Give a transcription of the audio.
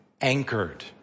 anchored